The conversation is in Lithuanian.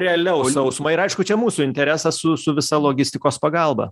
realiau sausuma ir čia aišku mūsų interesas su su visa logistikos pagalba